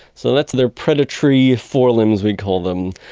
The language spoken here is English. so that's their predatory forelimbs, we call them.